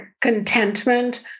contentment